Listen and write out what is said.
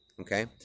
okay